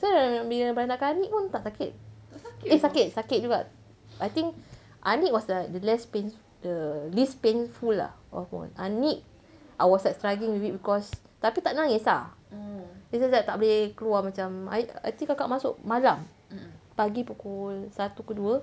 so then bila dah beranakkan aniq pun tak sakit eh sakit sakit juga I think aniq was like the less pain the least painful lah of one aniq I was like struggling a bit because tapi tak nangis lah it's just that tak boleh keluar macam I I think kakak masuk malam pagi pukul satu ke dua